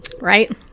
right